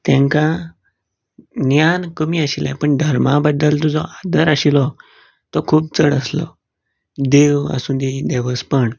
तेंकां ज्ञान कमी आशिल्लें पूण धर्मा बद्दल तो जो आदर आशिल्लो तो खूब चड आसलो देव आसूंदी देवस्पण